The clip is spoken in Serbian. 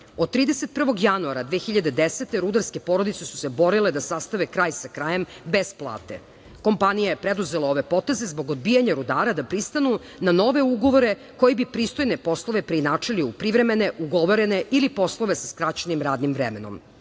Od 31. januara 2010. godine rudarske porodice su se borile da sastave kraj sa krajem bez plate. Kompanija je preuzela ove poteze zbog odbijanja rudara da pristanu na nove ugovore koji bi pristojne poslove preinačili u privremene, ugovorene ili poslove sa skraćenim radnim vremenom. Rio